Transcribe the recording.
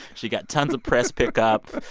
she got tons of press pick up.